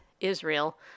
Israel